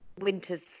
winter's